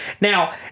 Now